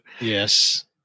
yes